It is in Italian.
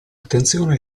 attenzione